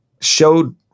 showed